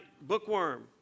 bookworm